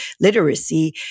literacy